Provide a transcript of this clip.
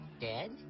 Dead